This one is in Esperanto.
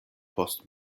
post